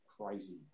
Crazy